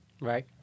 Right